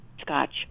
scotch